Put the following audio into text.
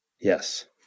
Yes